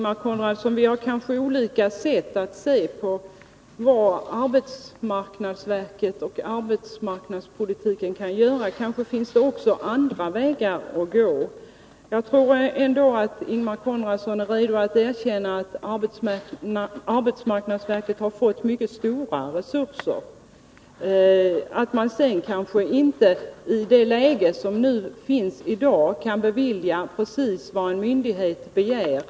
Fru talman! Vi ser kanske, Ingemar Konradsson, olika på vad arbetsmarknadsverket och arbetsmarknadspolitiken kan göra. Kanske finns det andra vägar att gå. Jag tror ändå att Ingemar Konradsson är redo att erkänna att arbetsmarknadsverket har fått mycket stora resurser. I dagens läge kan man kanske inte bevilja precis vad en myndighet begär.